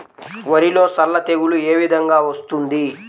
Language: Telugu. వరిలో సల్ల తెగులు ఏ విధంగా వస్తుంది?